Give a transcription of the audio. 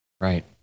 right